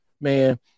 man